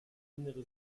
innere